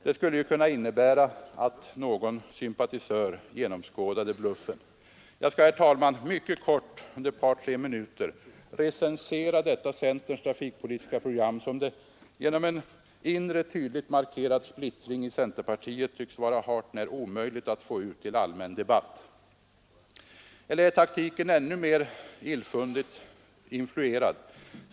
Det skulle ju kunna innebära att någon sympatisör genomskådade bluffen. Jag skall, herr talman, mycket kort, under ett par tre minuter recensera detta centerns trafikpolitiska program, som det genom en inre, tydligt markerad splittring i centerpartiet tycks vara hart när omöjligt att få ut till allmän debatt. Eller är taktiken ännu mer illfundig?